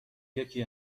یکی